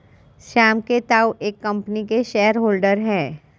श्याम के ताऊ एक कम्पनी के शेयर होल्डर हैं